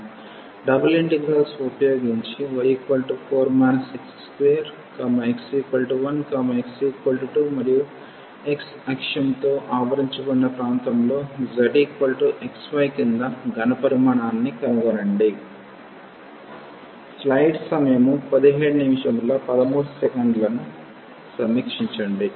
double integrals ఉపయోగించి y4 x2x1x2 మరియు x అక్షంతో ఆవరించబడిన ప్రాంతంలో z xy క్రింద ఘన పరిమాణాన్ని కనుగొనండి